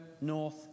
north